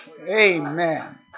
Amen